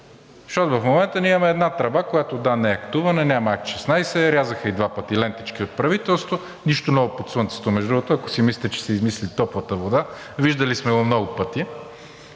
Защото в момента ние имаме една тръба, която, да, не е актувана, няма акт 16, рязаха ѝ два пъти лентички от правителството. Нищо ново под слънцето, между другото, ако си мислите, че са измислили топлата вода. Виждали сме го много пъти,